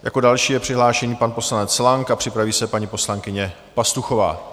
Jako další je přihlášený pan poslanec Lang a připraví se paní poslankyně Pastuchová.